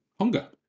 hunger